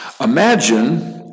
Imagine